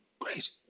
Great